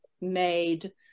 made